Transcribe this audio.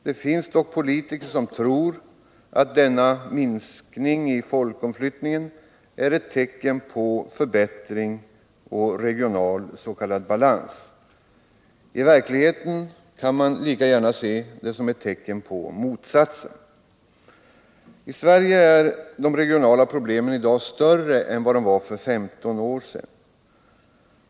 Det finns dock politiker som tror att den minskade folkomflyttningen är ett tecken på förbättring och regional s.k. balans. I verkligheten kan man lika gärna se det som ett tecken på motsatsen. I Sverige är de regionala problemen i dag större än vad de var för 15 år sedan.